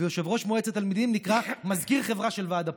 ויושב-ראש מועצת תלמידים נקרא מזכיר חברה של ועד הפועל.